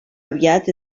aviat